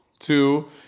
Two